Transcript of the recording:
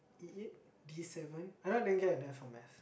E-eight D-seven I know I didn't get an F for math